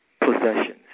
possessions